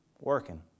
working